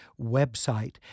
website